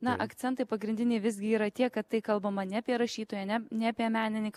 na akcentai pagrindiniai visgi yra tie kad tai kalbama ne apie rašytoją ne ne apie menininką